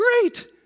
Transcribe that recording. great